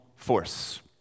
force